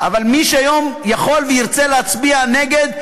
אבל מי שהיום יכול וירצה להצביע נגד,